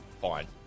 fine